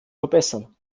verbessern